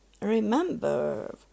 remember